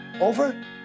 Over